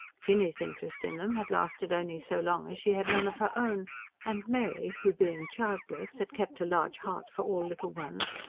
jinny's interest in them had lasted only so long as she had none of her own and mary, who being childless had kept a large heart for all little ones,